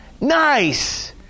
nice